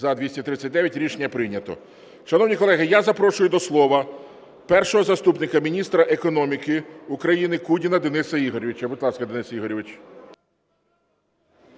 За-239 Рішення прийнято. Шановні колеги, я запрошую до слова першого заступника міністра економіки України Кудіна Дениса Ігоровича. Будь ласка, Денисе Ігоровичу.